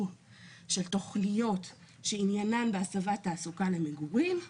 של תוכניות שעניינן בהסבת תעסוקה למגורים,